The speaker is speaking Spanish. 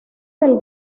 del